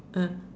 ah